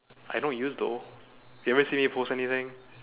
I don't use though you haven't seen me post anything